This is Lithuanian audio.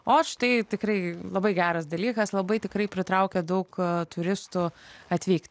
o štai tikrai labai geras dalykas labai tikrai pritraukia daug turistų atvykti